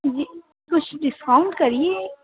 جی کچھ ڈسکاؤنٹ کریے